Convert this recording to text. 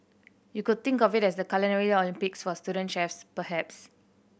you could think of it as the Culinary Olympics for student chefs perhaps